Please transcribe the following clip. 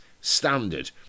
standard